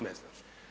Ne znam.